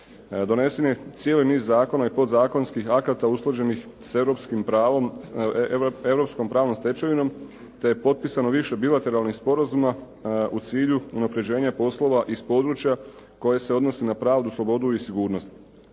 Donesen je cijeli niz zakona i podzakonskih akata usklađenih s europskom pravnom stečevinom te je potpisano više bilateralnih sporazuma u cilju unaprjeđenja poslova iz područja koji se odnose na pravdu, slobodu i sigurnost.